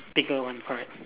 bigger one correct